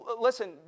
listen